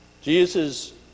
Jesus